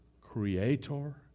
creator